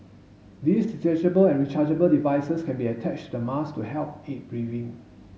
these detachable and rechargeable devices can be attached to the mask to help aid breathing